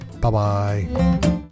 Bye-bye